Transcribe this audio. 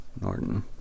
Norton